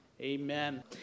Amen